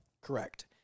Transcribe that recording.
correct